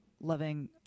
loving